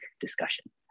discussion